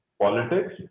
politics